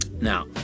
Now